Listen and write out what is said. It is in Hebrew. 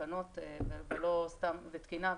בתקנות ותקינה,